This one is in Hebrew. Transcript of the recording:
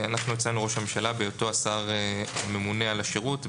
אנחנו הצענו את ראש הממשלה בהיותו השר הממונה על השירות,